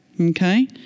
Okay